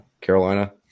Carolina